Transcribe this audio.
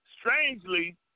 strangely